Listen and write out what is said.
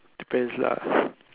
depends lah